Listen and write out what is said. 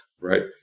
right